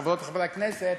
חברות וחברי הכנסת,